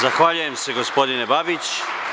Zahvaljujem se gospodine Babić.